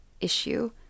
issue